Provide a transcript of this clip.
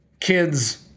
kids